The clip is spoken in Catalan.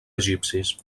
egipcis